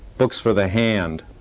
books for the hand.